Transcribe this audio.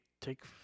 take